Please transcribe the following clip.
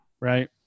right